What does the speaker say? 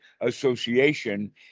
association